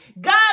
God